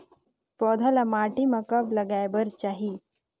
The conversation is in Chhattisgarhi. पौधा ल माटी म कब लगाए बर चाही?